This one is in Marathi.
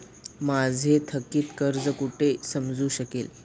माझे थकीत कर्ज कुठे समजू शकेल?